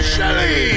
Shelly